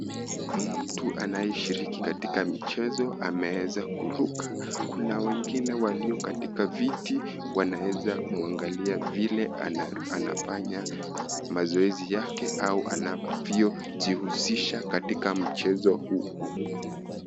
Mtu anayeshiriki katika michezo ameweza kuruka. Kuna wengine walio katika viti, wanaweza mwangalia vile anafanya mazoezi yake au anavyojihusisha katika mchezo huu.